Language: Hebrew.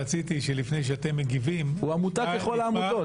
אני רציתי שלפני שאתם מגיבים --- הוא עמותה ככל העמותות.